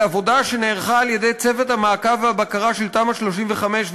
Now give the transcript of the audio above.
עבודה שנערכה על-ידי צוות המעקב והבקרה של תמ"א 35,